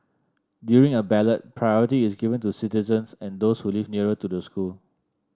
during a ballot priority is given to citizens and those who live nearer to the school